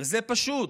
וזה פשוט.